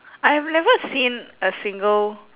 I've never seen a single